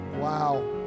Wow